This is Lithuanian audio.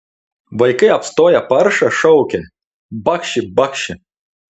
vaikai apstoję paršą šaukia bakši bakši